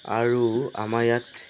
আৰু আমাৰ ইয়াত